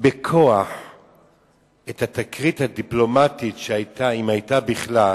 בכוח את התקרית הדיפלומטית שהיתה, אם היתה בכלל,